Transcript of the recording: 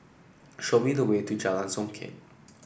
show me the way to Jalan Songket